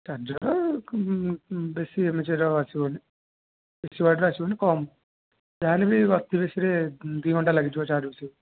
charger ବେଶୀ M H ର ଆସିବନି ବେଶୀ ୱାଟ୍ ରେ ଆସିବନି କମ୍ ଯାହାହେଲେ ବି ଅତି ବେଶୀ ରେ ଦୁଇ ଘଣ୍ଟା ଲାଗିଯିବ ଚାର୍ଜ ବସାଇବାକୁ